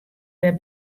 wer